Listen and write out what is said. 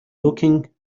looking